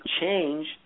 change